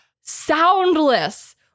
soundless